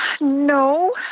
No